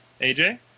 AJ